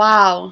Wow